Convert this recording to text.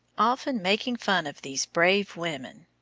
often making fun of these brave women,